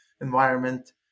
environment